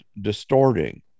distorting